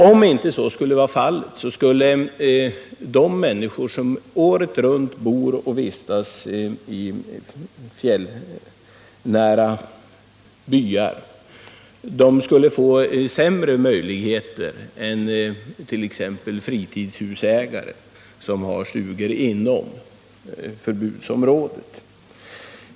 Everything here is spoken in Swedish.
Om så inte blir fallet skulle de människor som året runt bor och vistas i fjällbyarna få sämre möjligheter än t.ex. fritidshusägare som har stugor inom förbudsområdet.